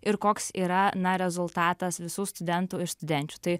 ir koks yra na rezultatas visų studentų ir studenčių tai